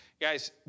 Guys